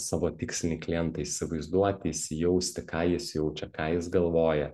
savo tikslinį klientą įsivaizduoti įsijausti ką jis jaučia ką jis galvoja